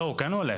לא, הוא כן הולך.